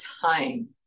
time